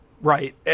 right